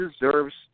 deserves